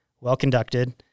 well-conducted